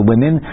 Women